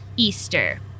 Easter